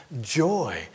joy